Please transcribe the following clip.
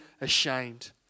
ashamed